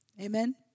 Amen